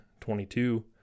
22